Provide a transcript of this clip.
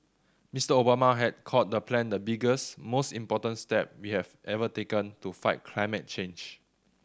Mister Obama has called the plan the biggest most important step we've ever taken to fight climate change